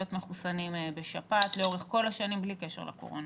מחוסנים לשפעת לאורך כל השנים בלי קשר לקורונה.